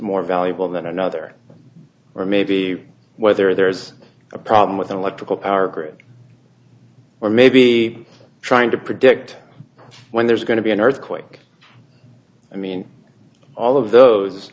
more valuable than another or maybe whether there's a problem with an electrical power grid or maybe trying to predict when there's going to be an earthquake i mean all of those